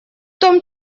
том